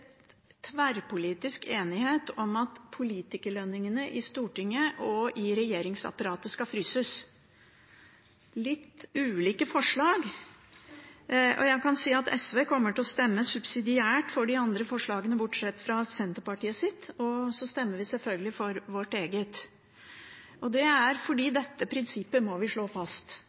tverrpolitisk enighet om at politikerlønningene i Stortinget og i regjeringsapparatet skal fryses. Det er litt ulike forslag – og jeg kan si at SV kommer til å stemme subsidiært for de andre forslagene, bortsett fra Senterpartiets, og så stemmer vi selvfølgelig for våre egne. Det er fordi vi må slå fast dette prinsippet.